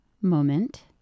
moment